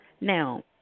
Now